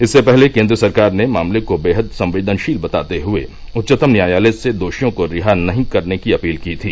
इससे पहले केन्द्र सरकार ने मामले को बेहद संवेदनशील बताते हुए उच्चतम न्यायालय से दोषियों को रिहा नहीं करने की अपील की थी